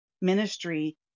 ministry